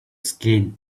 skin